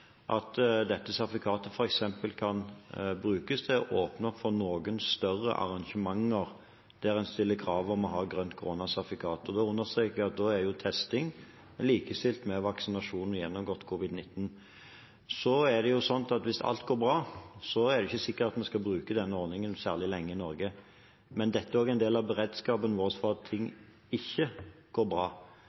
dette sertifikatet f.eks. kan brukes til å åpne opp for noen større arrangementer, der man stiller krav om å ha grønt koronasertifikat. Da understreker jeg at da er testing likestilt med vaksinasjon og gjennomgått covid-19. Hvis alt går bra, er det ikke sikkert at vi skal bruke den ordningen særlig lenge i Norge, men dette er også en del av beredskapen vår om ting ikke går bra.